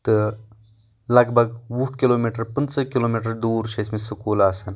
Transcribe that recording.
تہٕ لگ بگ وُہ کلوٗ میٖٹر پٕنٛژٕ کلوٗ میٖٹر دوٗر چھِ ٲسۍ مٕتۍ سکوٗل آسان